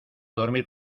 dormir